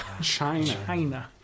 China